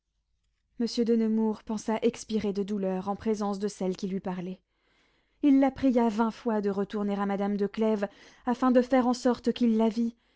monsieur de nemours pensa expirer de douleur en présence de celle qui lui parlait il la pria vingt fois de retourner à madame de clèves afin de faire en sorte qu'il la vît